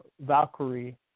Valkyrie